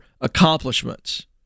accomplishments